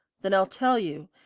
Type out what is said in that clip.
then i'll tell you.